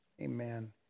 Amen